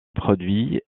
produit